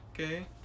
okay